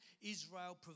Israel